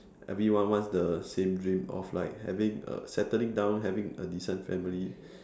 everyone wants the same dream of like having a settling down having a decent family